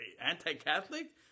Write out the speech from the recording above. Anti-Catholic